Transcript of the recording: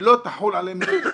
שלא תחול עליהן התיישנות,